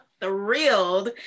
Thrilled